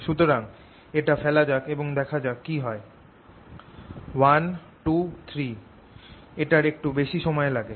সুতরাং এটা ফেলা যাক এবং দেখা যাক কি হয় 1 2 3 এটার একটু বেশি সময় লাগে